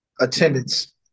attendance